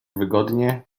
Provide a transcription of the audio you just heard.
wygodnie